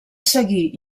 seguir